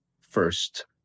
first